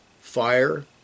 Fire